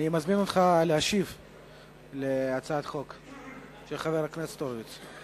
אני מזמין אותך להשיב על הצעת החוק של חבר הכנסת הורוביץ.